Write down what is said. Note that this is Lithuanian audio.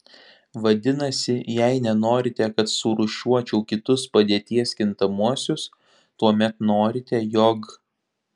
vadinasi jei nenorite kad surūšiuočiau kitus padėties kintamuosius tuomet norite jog